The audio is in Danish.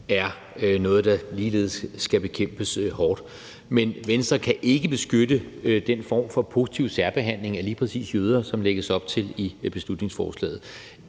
er noget, der ligeledes skal bekæmpes hårdt. Men Venstre kan ikke støtte den form for positiv særbehandling af lige præcis jøder, som der lægges op til i beslutningsforslaget.